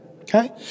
Okay